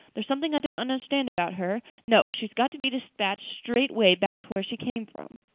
there's something i don't understand about her. no, she's got to be despatched straight-way back to where she came from.